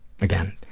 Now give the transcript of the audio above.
Again